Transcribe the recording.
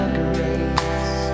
grace